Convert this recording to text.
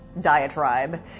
diatribe